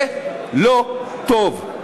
זה לא טוב.